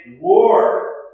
war